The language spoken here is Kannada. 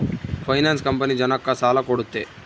ಫೈನಾನ್ಸ್ ಕಂಪನಿ ಜನಕ್ಕ ಸಾಲ ಕೊಡುತ್ತೆ